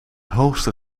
hoogste